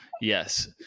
yes